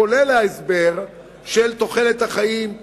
כולל ההסבר של תוחלת החיים,